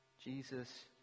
Jesus